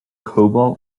cobalt